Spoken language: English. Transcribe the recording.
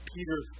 Peter